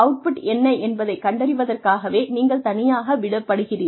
output என்ன என்பதை கண்டறிவதற்காகவே நீங்கள் தனியாக விடப்படுகிறீர்கள்